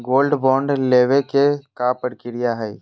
Gold bond लेवे के का प्रक्रिया हई?